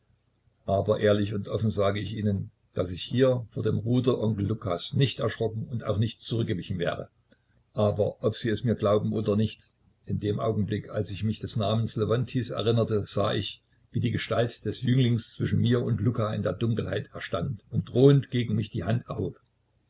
aber ehrlich und offen sage ich ihnen daß ich hier vor dem ruder onkel lukas nicht erschrocken und auch nicht zurückgewichen wäre aber ob sie es mir glauben oder nicht in dem augenblick als ich mich des namens lewontijs erinnerte sah ich wie die gestalt des jünglings zwischen mir und luka in der dunkelheit erstand und drohend gegen mich die hand erhob